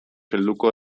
helduko